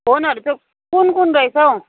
फोनहरू चाहिँ कुन कुन रहेछ हौ